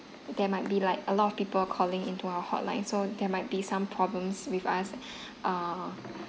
there might be like a lot of people calling into our hotline so there might be some problems with us uh